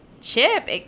Chip